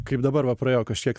kaip dabar va praėjo kažkiek